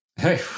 Hey